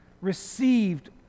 received